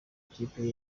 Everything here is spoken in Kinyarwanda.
ikipe